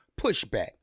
pushback